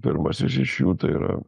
pirmasis iš jų tai yra